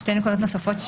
שתי נקודות נוספות.